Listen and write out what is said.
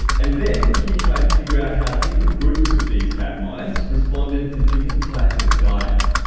and then he tried to figure out how different groups of these fat mice responded to different types of diet.